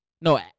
No